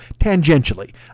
tangentially